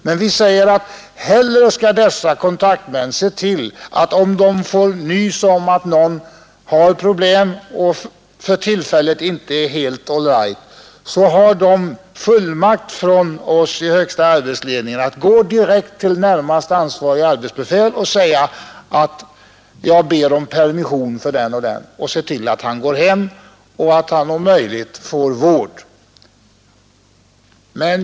Men om dessa kontaktmän får nys om att någon har problem och för tillfället inte är helt allright, har de fullmakt från oss i högsta arbetsledningen att gå direkt till närmast ansvariga arbetsbefäl och begära permission för honom och se till att han kommer hem och om möjligt även får vård.